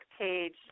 page